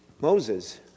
Moses